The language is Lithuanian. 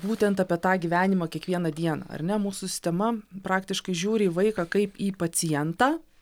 būtent apie tą gyvenimą kiekvieną dieną ar ne mūsų sistema praktiškai žiūri į vaiką kaip į pacientą